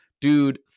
dude